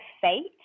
fate